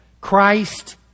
Christ